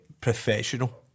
professional